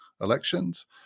elections